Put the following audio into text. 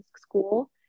school